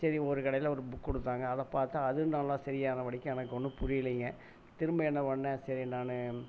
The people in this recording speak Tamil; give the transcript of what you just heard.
சரி ஒரு கடையில் புக்கு கொடுத்தாங்க அதை பார்த்த அதுவும் நல்லா சரியானபடிக்கு எனக்கு ஒன்றும் புரியலைங்க திரும்ப என்ன பண்ண சரி நான்